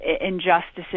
Injustices